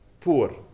poor